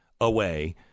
away